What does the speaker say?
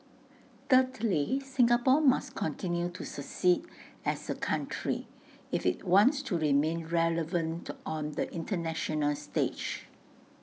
thirdly Singapore must continue to succeed as A country if IT wants to remain relevant on the International stage